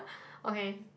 okay